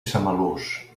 samalús